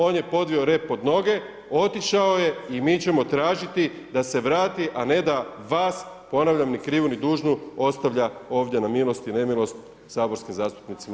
On je podvio rep pod noge, otišao je i mi ćemo tražiti da se vrati a ne da vas ponavljam, ni krivu ni dužnu ostavlja ovdje na milost i nemilost saborskim zastupnicima